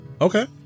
Okay